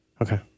Okay